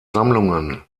sammlungen